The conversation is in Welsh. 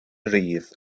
rhydd